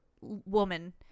woman